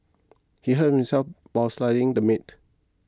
he hurt himself while slicing the meat